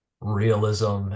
realism